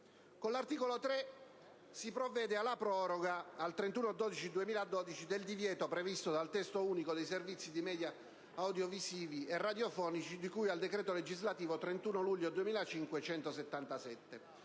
Con l'articolo 3 si provvede alla proroga al 31 dicembre 2012 del divieto, previsto dal testo unico dei servizi di media audiovisivi e radiofonici, di cui al decreto legislativo 31 luglio 2005,